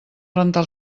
rentar